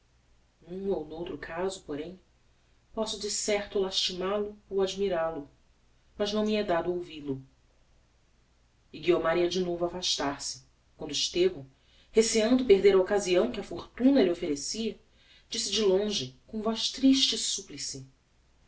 ou n'outro caso porém posso de certo lastimal o ou admiral o mas não me é dado ouvil-o e guiomar ia de novo affastar se quando estevão receiando perder a occasião que a fortuna lhe offerecia disse de longe com voz triste